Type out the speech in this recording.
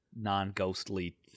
non-ghostly